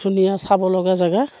ধুনীয়া চাব লগা জেগা